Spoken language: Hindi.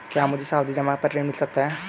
क्या मुझे सावधि जमा पर ऋण मिल सकता है?